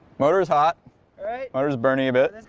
motors hot motors bernie a bit